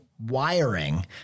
wiring